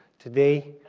today,